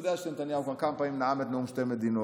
הוא יודע שנתניהו כבר כמה פעמים נאם את נאום שתי מדינות,